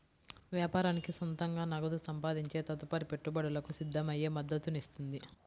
వ్యాపారానికి సొంతంగా నగదు సంపాదించే తదుపరి పెట్టుబడులకు సిద్ధమయ్యే మద్దతునిస్తుంది